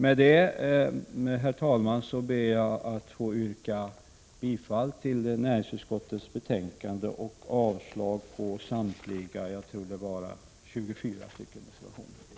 Med detta, herr talman, ber jag att få yrka bifall till näringsutskottets hemställan i betänkandet och avslag på samtliga 24 reservationer.